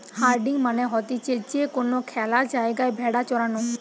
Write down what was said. herding মানে হতিছে যে কোনো খ্যালা জায়গায় ভেড়া চরানো